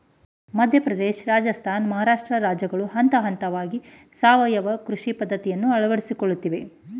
ಮಧ್ಯಪ್ರದೇಶ, ರಾಜಸ್ಥಾನ, ಮಹಾರಾಷ್ಟ್ರ ರಾಜ್ಯಗಳು ಹಂತಹಂತವಾಗಿ ಸಾವಯವ ಕೃಷಿ ಪದ್ಧತಿಯನ್ನು ಅಳವಡಿಸಿಕೊಳ್ಳುತ್ತಿವೆ